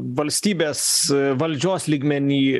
valstybės valdžios lygmeny